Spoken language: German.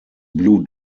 blue